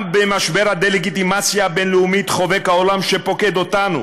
גם במשבר הדה-לגיטימציה הבין-לאומית חובק העולם שפוקד אותנו,